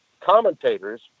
commentators